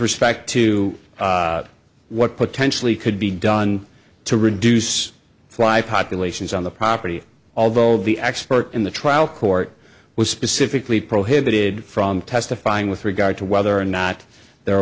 respect to what potentially could be done to reduce fly populations on the property although the expert in the trial court was specifically prohibited from testifying with regard to whether or not there